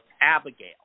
Abigail